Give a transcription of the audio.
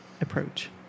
approach